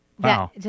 Wow